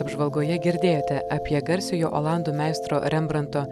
apžvalgoje girdėjote apie garsiojo olandų meistro rembranto